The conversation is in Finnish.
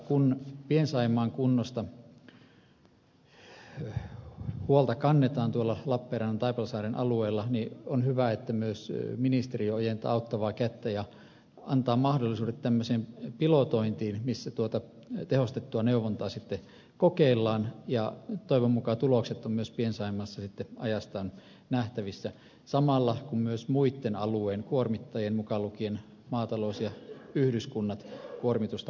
kun pien saimaan kunnosta huolta kannetaan tuolla lappeenrannan ja taipalsaaren alueella on hyvä että myös ministeri ojentaa auttavaa kättä ja antaa mahdollisuudet tämmöiseen pilotointiin missä tehostettua neuvontaa kokeillaan toivon mukaan sitten myös tulokset ovat pien saimaassa aikanaan nähtävissä samalla kun myös muitten alueen kuormittajien mukaan lukien maatalous ja yhdyskunnat kuormitusta alennetaan